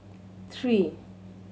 three